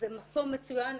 זה מקום מצוין,